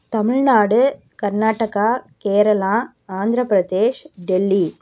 Tamil Nadu Karnataka Kerala Andhra Pradesh Delhi